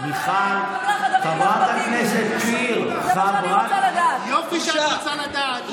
אני פשוט רוצה לדעת מה